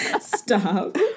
Stop